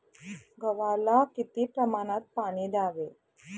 गव्हाला किती प्रमाणात पाणी द्यावे?